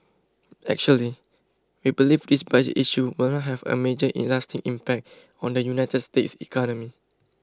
actually we believe this budget issue will not have a major in lasting impact on the United States economy